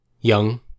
young